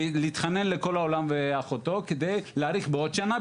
ולהתחנן לכל העולם ואחותו, כדי להאריך בעוד שנה.